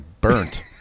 burnt